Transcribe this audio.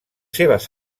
seves